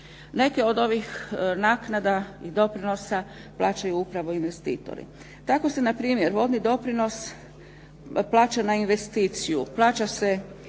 Neke od ovih naknada i doprinosa plaćaju upravo investitori. Tako se na primjer vodni doprinos plaća na investiciju.